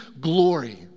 glory